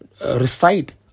recite